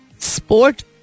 Sport